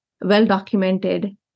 well-documented